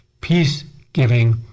peace-giving